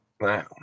Wow